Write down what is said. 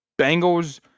Bengals